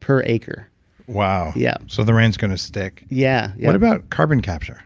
per acre wow. yeah so the rain's going to stick yeah, yeah what about carbon capture?